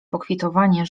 pokwitowanie